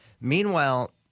meanwhile